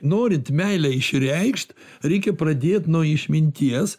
norint meilę išreikšt reikia pradėt nuo išminties